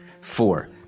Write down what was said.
Four